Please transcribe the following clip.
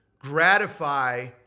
gratify